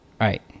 right